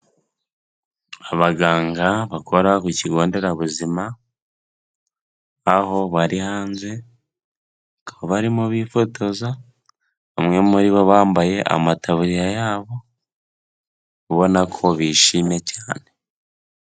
Abaganga bakora ku kigo nderabuzima aho bari hanzeba bakabarimo bifotoza, umwe muri bo bambaye amataburiya yabo, ubona ko bishimye cyane.